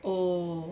oh